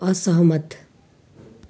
असहमत